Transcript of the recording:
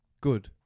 good